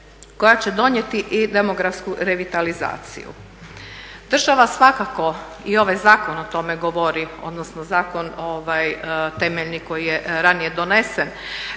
koja će donijeti i demografsku revitalizaciju. Država svakako i ovaj zakon o tome govori, odnosno zakon ovaj temeljni koji je ranije donesen,